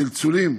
צלצולים.